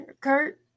Kurt